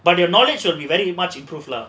but your knowledge will be very much improve lah